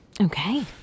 Okay